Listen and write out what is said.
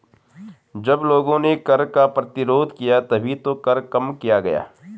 जब लोगों ने कर का प्रतिरोध किया तभी तो कर कम किया गया